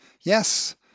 Yes